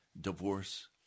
divorce